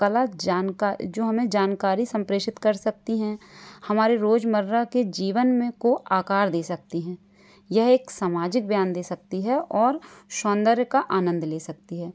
गलत जानकार जो हमें जानकारी संप्रेषित कर सकती हैं हमारी रोजमर्रा के जीवन में को आकर दे सकती हैं यह एक सामाजिक बयान दे सकती है और सौंदर्य का आनंद ले सकती है